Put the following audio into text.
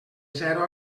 zero